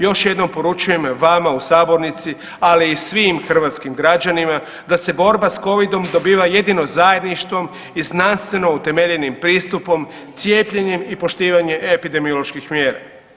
Još jednom poručujem vama u sabornici ali i svim hrvatskim građanima da se borba sa covidom dobiva jedino zajedništvom i znanstveno utemeljenim pristupom, cijepljenjem i poštivanjem epidemioloških mjera.